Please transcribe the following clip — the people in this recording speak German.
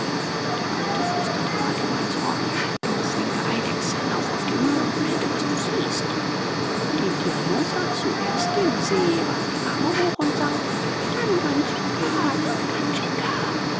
der alte flüsterte fatima ins ohr du flinke eidechse laufe auf die höhe und melde was du siehst die dirne sah zuerst den see warf die arme hoch und sang